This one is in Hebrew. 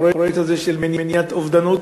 הפרויקט הזה של מניעת אובדנות,